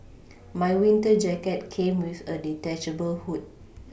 my winter jacket came with a detachable hood